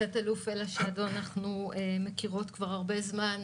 את תת-אלוף אלה שדו אנחנו מכירות כבר הרבה זמן,